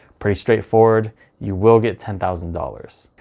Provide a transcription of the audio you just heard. pretty straightforward you will get ten thousand dollars.